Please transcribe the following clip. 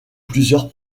plusieurs